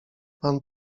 pan